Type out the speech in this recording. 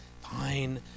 Fine